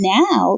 now